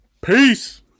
Peace